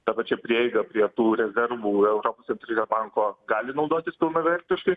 ta pačia prieiga prie tų rezervų europos centrinio banko gali naudotis pilnavertiškai